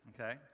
Okay